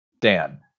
dan